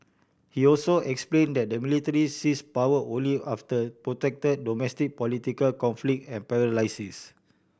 he also explained that the military seized power only after protracted domestic political conflict and paralysis